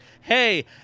hey